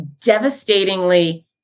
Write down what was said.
devastatingly